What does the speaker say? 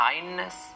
kindness